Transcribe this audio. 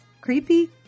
creepy